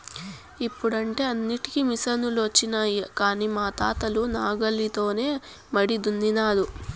ఇప్పుడంటే అన్నింటికీ మిసనులొచ్చినాయి కానీ మా తాతలు నాగలితోనే మడి దున్నినారు